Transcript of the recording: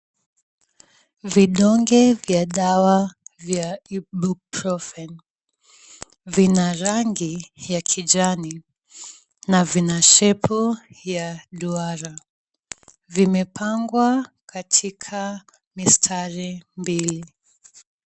Vidonge vya dawa ya Ibuprofen vina rangi ya kijani na vina shape ya duara, vimepangwa katika mistari mbili.